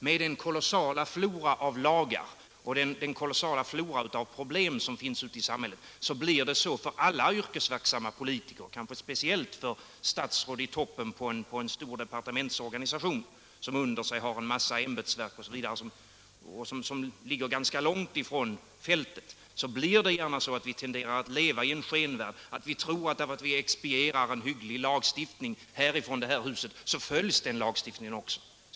Med den kolossala flora av lagar och problem som finns ute i samhället blir det så för alla yrkesverksamma politiker, kanske speciellt för statsråd i toppen av en stor departementsorganisation som under sig har en mängd ämbetsverk osv., vilka ligger ganska långt från fältet. Då blir det gärna så att vi tenderar att leva i en skenvärld, att vi tror att därför att vi expedierar en hygglig lagstiftning ifrån det här huset så följs den lagstiftningen också.